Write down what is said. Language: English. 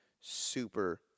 super